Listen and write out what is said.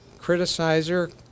Criticizer